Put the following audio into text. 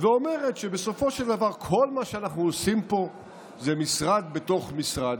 ואומרת שבסופו של דבר כל מה שאנחנו עושים פה זה משרד בתוך משרד.